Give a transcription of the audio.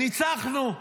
ניצחנו.